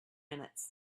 minutes